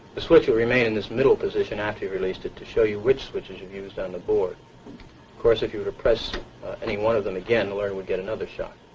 the switch will remain in this middle position after you released it to show you which switches you've used on the board. of course, if you were to press any one of them again the learner would get another shock.